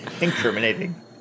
Incriminating